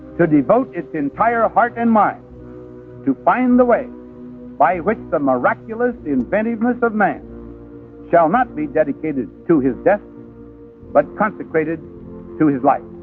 so devote its entire heart and mind to find the way by which the miraculous inventiveness of man shall not be dedicated to his death but consecrated to his life